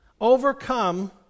overcome